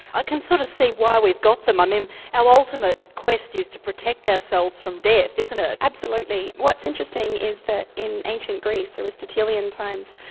ah can sort of see why we've got them i mean our ultimate quest is to protect ourselves from death, isn't it? absolutely. what's interesting is that in ancient greece, aristotelian times,